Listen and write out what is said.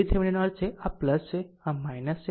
VThevenin નો અર્થ છે આ છે અને આ છે